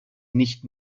nicht